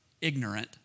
ignorant